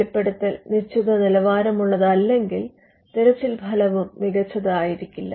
വെളിപ്പെടുത്തൽ നിശ്ചിത നിലവാരമുള്ളതല്ലെങ്കിൽ തിരച്ചിൽ ഫലവും മികച്ചതായിരിക്കില്ല